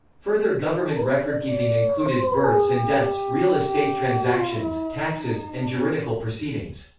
further government recordkeeping included births and deaths, real estate transactions, taxes, and juridical proceedings.